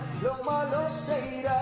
lo malo se